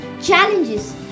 challenges